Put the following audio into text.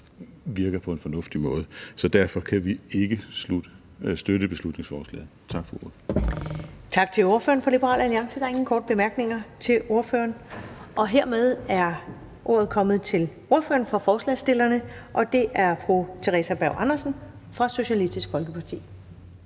virker på en fornuftig måde. Så derfor kan vi ikke støtte beslutningsforslaget. Tak for ordet. Kl. 19:25 Første næstformand (Karen Ellemann): Tak til ordføreren for Liberal Alliance. Der er ingen korte bemærkninger til ordføreren. Hermed er ordet kommet til ordføreren for forslagsstillerne, og det er fru Theresa Berg Andersen fra Socialistisk Folkeparti.